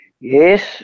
Yes